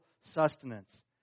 Sustenance